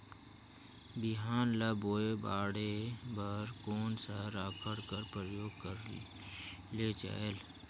बिहान ल बोये बाढे बर कोन सा राखड कर प्रयोग करले जायेल?